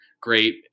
great